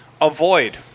Avoid